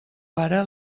pare